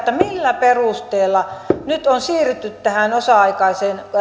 millä perusteella nyt on siirrytty tähän osa aikaiseen